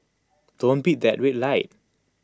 don't beat that red light